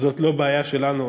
זאת לא בעיה שלנו,